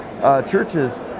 churches